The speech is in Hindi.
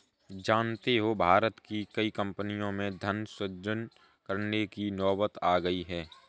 जानते हो भारत की कई कम्पनियों में धन सृजन करने की नौबत आ गई है